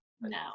No